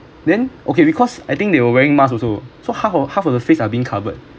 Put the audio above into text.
then okay because I think they were wearing mask so half of half of the face are being covered